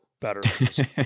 better